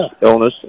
Illness